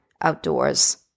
outdoors